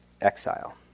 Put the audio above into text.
exile